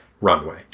runway